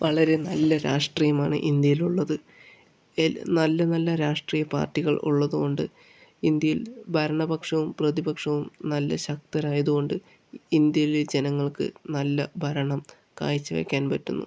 വളരെ നല്ല രാഷ്ട്രീയമാണ് ഇന്ത്യയിലുള്ളത് നല്ല നല്ല രാഷ്ട്രീയ പാർട്ടികൾ ഉള്ളതുകൊണ്ട് ഇന്ത്യയിൽ ഭരണപക്ഷവും പ്രതിപക്ഷവും നല്ല ശക്തരായതുകൊണ്ട് ഇന്ത്യയിലെ ജനങ്ങൾക്ക് നല്ല ഭരണം കാഴ്ച്ച വെക്കാൻ പറ്റുന്നു